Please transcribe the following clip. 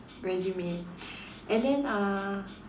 resume and then uh